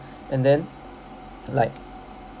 and then like